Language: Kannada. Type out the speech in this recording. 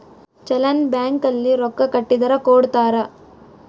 ಚಲನ್ ಬ್ಯಾಂಕ್ ಅಲ್ಲಿ ರೊಕ್ಕ ಕಟ್ಟಿದರ ಕೋಡ್ತಾರ